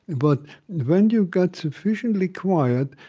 but when you've got sufficiently quiet,